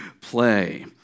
play